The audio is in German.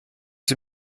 sie